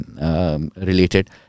related